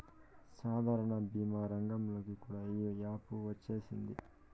సాధారణ భీమా రంగంలోకి కూడా ఈ యాపు వచ్చేసింది